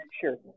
sure